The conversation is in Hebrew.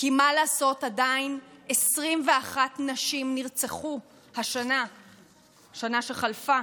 כי מה לעשות, עדיין 21 נשים נרצחו בשנה שחלפה,